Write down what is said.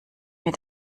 mir